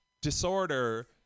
disorder